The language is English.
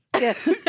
Yes